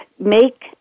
Make